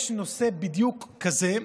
יש נושא בדיוק כזה,